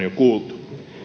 jo kuultu